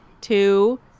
two